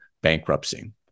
bankruptcy